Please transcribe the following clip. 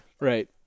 Right